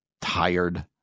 tired